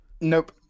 nope